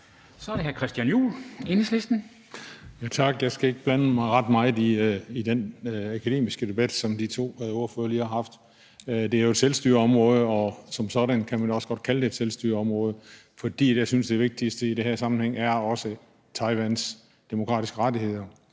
Kl. 10:53 Christian Juhl (EL): Tak. Jeg skal ikke blande mit ret meget i den akademiske debat, som de to ordførere lige har haft. Det er jo et selvstyreområde, og som sådan kan man også godt kalde det et selvstyreområde, fordi det vigtigste i den her sammenhæng også er Taiwans demokratiske rettigheder,